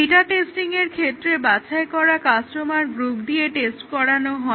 beta টেস্টিংয়ের ক্ষেত্রে বাছাই করা কাস্টমার গ্রুপ দিয়ে টেস্ট করানো হয়